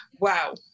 wow